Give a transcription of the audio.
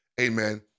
Amen